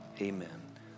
Amen